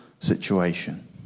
situation